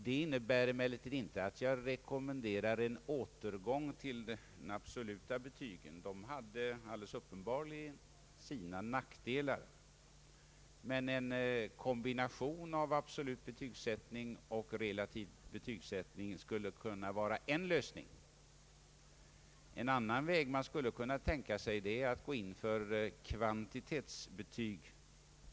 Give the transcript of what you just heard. Det innebär emelleritd inte att jag rekommenderar en återgång till de absoluta betygen. De hade uppenbarligen sina nackdelar. Men en kombination av absolut och re lativ betygsättning skulle kunna vara en lösning. En annan väg man skulle kunna tänka sig är att gå in för kvantitetsbetyg.